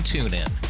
TuneIn